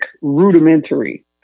rudimentary